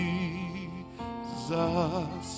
Jesus